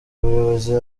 buyobozi